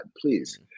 please